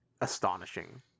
astonishing